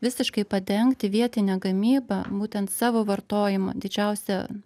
visiškai padengti vietinę gamybą būtent savo vartojimo didžiausią